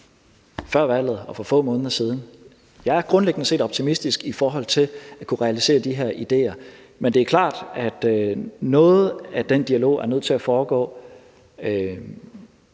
før valget og for få måneder siden. Jeg er grundlæggende set optimistisk i forhold til at kunne realisere de her ideer. Men det er klart, at noget af den dialog er nødt til at foregå,